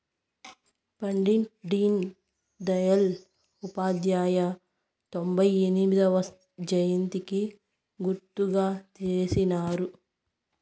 పండిట్ డీన్ దయల్ ఉపాధ్యాయ తొంభై ఎనిమొదవ జయంతికి గుర్తుగా చేసినారు